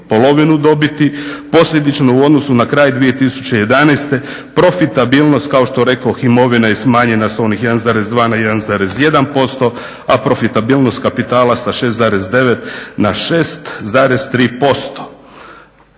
polovinu dobiti, posljedičnu u odnosu na kraj 2011., profitabilnost kao što rekoh imovina je smanjena s onih 1,2 na 1,1% a profitabilnost kapitala sa 6,9 na 6,3%.